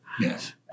Yes